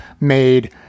made